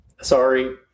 sorry